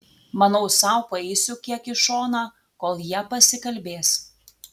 manau sau paeisiu kiek į šoną kol jie pasikalbės